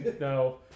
no